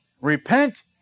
Repent